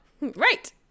Right